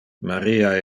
maria